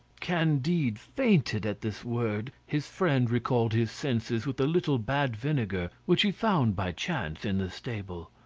candide fainted at this word his friend recalled his senses with a little bad vinegar which he found by chance in the stable.